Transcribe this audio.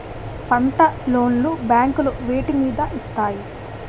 పంట లోన్ లు బ్యాంకులు వేటి మీద ఇస్తాయి?